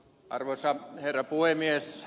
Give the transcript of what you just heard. arvoisa herra puhemies